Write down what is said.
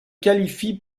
qualifient